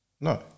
No